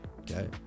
okay